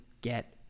get